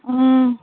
ꯎꯝ